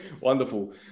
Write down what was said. Wonderful